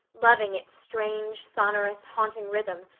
loving its strange, sonorous, haunting rhythm,